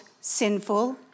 sinful